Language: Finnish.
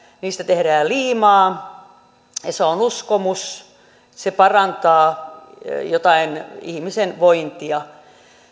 niistä tehdään liimaa ja se on uskomus se parantaa jotain ihmisen vointia